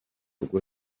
rwo